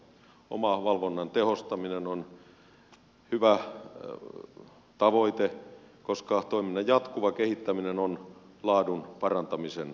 omavalvonnan tehostaminen on hyvä tavoite koska toiminnan jatkuva kehittäminen on laadun parantamisen avain